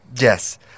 Yes